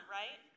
right